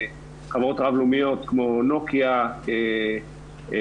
חברות רב לאומיות כמו נוקיה ואחרות,